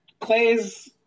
Clay's